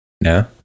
No